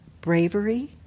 bravery